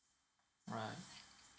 right